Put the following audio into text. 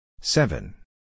Seven